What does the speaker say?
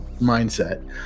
mindset